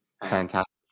Fantastic